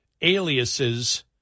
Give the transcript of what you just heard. aliases